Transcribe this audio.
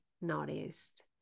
noticed